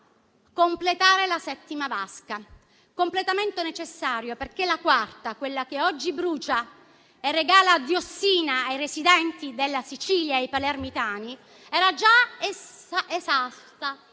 completare la settima vasca, assolutamente necessario perché la quarta, quella che oggi brucia e regala diossina ai residenti della Sicilia e ai palermitani, era già esausta.